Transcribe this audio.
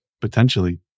potentially